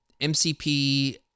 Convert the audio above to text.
MCP